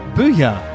Booyah